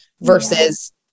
versus